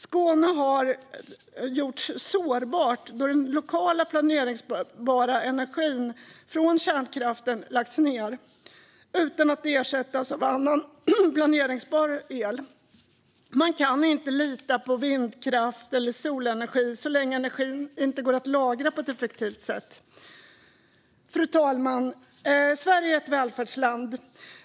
Skåne har gjorts sårbart då den lokala planeringsbara energin från kärnkraften har lagts ned utan att ersättas av annan planeringsbar el. Man kan inte lita på vindkraft eller solenergi så länge energin inte går att lagra på ett effektivt sätt. Fru talman! Sverige är ett välfärdsland.